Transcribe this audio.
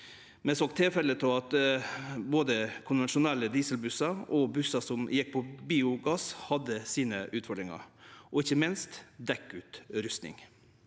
Vi såg tilfelle av at både konvensjonelle dieselbussar og bussar som gjekk på biogass, hadde sine utfordringar, ikkje minst med omsyn